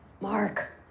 Mark